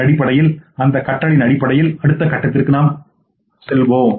அதன் அடிப்படையில் அந்த கற்றலின் அடிப்படையில் அடுத்த கட்டத்திற்கு நாம் செல்கிறோம்